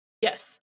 Yes